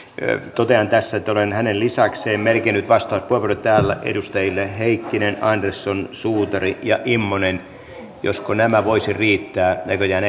totean tässä että olen hänen lisäkseen merkinnyt vastauspuheenvuorot edustajille heikkinen andersson suutari ja immonen josko nämä voisivat riittää näköjään